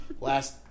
last